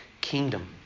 kingdom